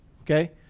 okay